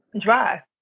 Dry